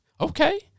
okay